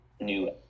new